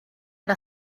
era